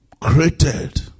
created